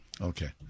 Okay